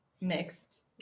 mixed